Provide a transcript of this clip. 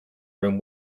room